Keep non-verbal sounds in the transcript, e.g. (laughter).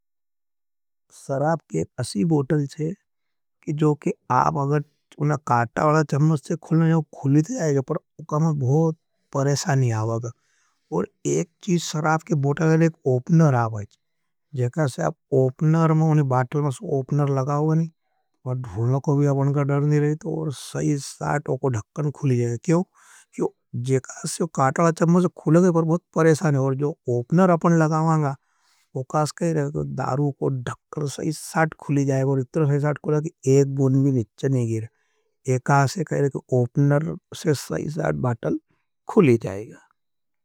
सराप के एक अशी बोटल थे, जोके आप अगर उन्हां काटा वाला चम्मस थे खुलने जाएगा, (noise) पर उकामें बहुत परेसानी आवाग है। और एक चीज़ सराप के बोटल के लिए एक ओपनर आवाग है। अपने बाटल के लिए एक ओपनर आवाग नहीं है, पर दुलने को भी अपने का डर नहीं रही थो, और सही साथ वो को धक्कन खुली जाएगा। क्यों, जोके आपका स्वागत है काटा वाला चम्मस थे खुलने जाएगा, पर बहुत परेसानी आवाग है। अपने बाटल के लिए एक ओपनर नहीं है, पर दुलने को भी अपने का डर नहीं रही थो, पर दुलने को भी अपने का डर नहीं है।